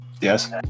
Yes